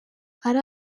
ari